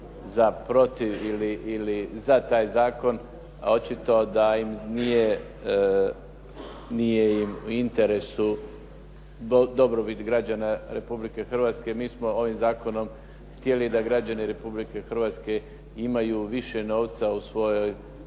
za protiv ili za taj zakon, a očito da im nije u interesu dobrobit građana Republike Hrvatske. Mi smo ovim zakonom htjeli da građani Republike Hrvatske imaju više novca u svojoj